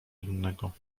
innego